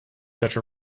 such